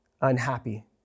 unhappy